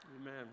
Amen